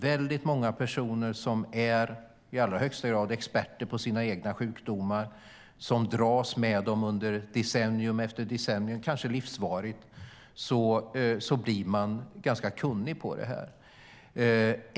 Väldigt många personer är i högsta grad experter på sina egna sjukdomar och dras med dem under decennium efter decennium, kanske hela livet. Då blir de ganska kunniga.